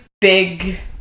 big